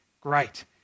great